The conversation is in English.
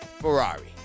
Ferrari